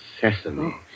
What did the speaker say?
sesame